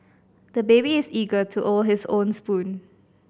the baby is eager to our his own spoon